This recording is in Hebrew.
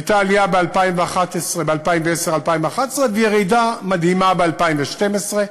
הייתה עלייה ב-2010, 2011, וירידה מדהימה ב-2012,